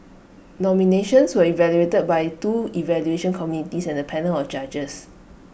nominations were evaluated by two evaluation committees and A panel of judges